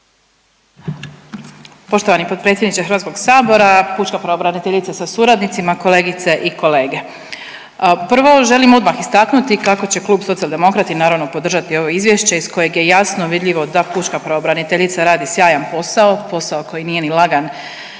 Poštovani potpredsjedniče HS-a, pučka pravobraniteljice sa suradnicima, kolegice i kolege. Prvo želim odmah istaknuti kako će klub Socijaldemokrati naravno podržati ovo izvješće iz kojeg je jasno vidljivo da pučka pravobraniteljica radi sjajan posao, posao koji nije ni lagan,